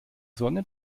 sonne